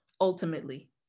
ultimately